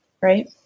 Right